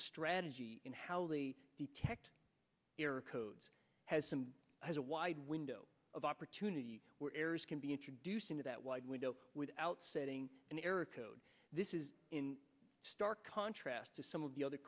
strategy in how they detect error codes has some has a wide window of opportunity where errors can be introduced into that wide window without setting an error code this is in stark contrast to some of the other